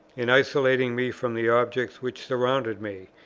in isolating me from the objects which surrounded me,